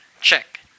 Check